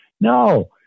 No